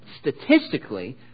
statistically